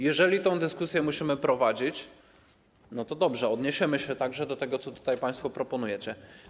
Jeżeli tę dyskusję musimy prowadzić, to dobrze, odniesiemy się także do tego, co tutaj państwo proponujecie.